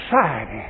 society